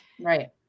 right